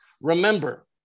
remember